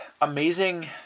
amazing